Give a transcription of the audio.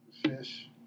fish